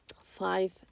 five